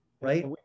right